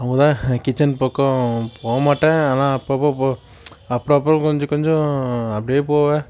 அவங்கதான் கிட்சன் பக்கம் போக மாட்டேன் ஆனால் அப்பப்பபோ அப்பப்பபோ கொஞ்சம் கொஞ்சம் அப்படியே போவேன்